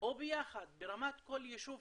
או ביחד ברמת כל יישוב,